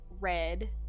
Red